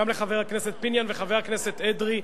גם לחבר הכנסת פיניאן ולחבר הכנסת אדרי,